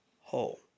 hole